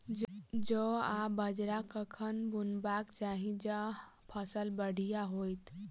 जौ आ बाजरा कखन बुनबाक चाहि जँ फसल बढ़िया होइत?